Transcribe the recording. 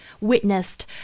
witnessed